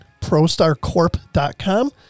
ProStarCorp.com